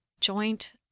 joint